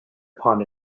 upon